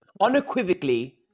Unequivocally